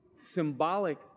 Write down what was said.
Symbolic